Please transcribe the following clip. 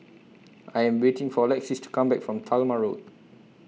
I Am waiting For Lexis to Come Back from Talma Road